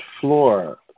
floor